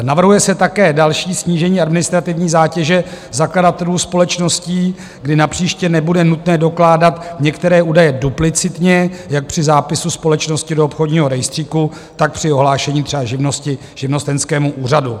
Navrhuje se také další snížení administrativní zátěže zakladatelů společností, kdy napříště nebude nutné dokládat některé údaje duplicitně jak při zápisu společnosti do obchodního rejstříku, tak při ohlášení třeba živnosti živnostenskému úřadu.